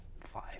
five